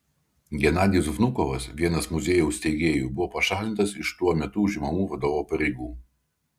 genadijus vnukovas vienas muziejaus steigėjų buvo pašalintas iš tuo metu užimamų vadovo pareigų